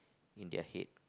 in their head